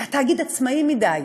כי התאגיד הוא עצמאי מדי,